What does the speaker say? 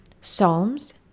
Psalms